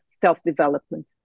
self-development